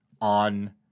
on